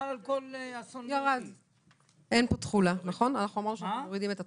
אנחנו מורידים את התחולה.